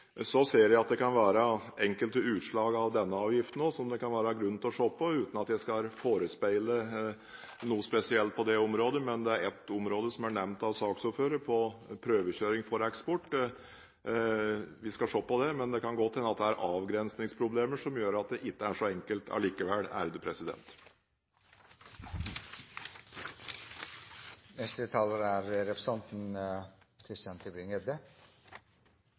Så ser jeg at denne avgiften også kan ha enkelte utslag som det kan være grunn til å se på, uten at jeg skal forespeile noe spesielt på det området, men det er ett område som er nevnt av saksordføreren, prøvekjøring for eksport – vi skal se på det – men det kan godt hende at det er avgrensningsproblemer som gjør at det ikke er så enkelt